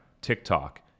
TikTok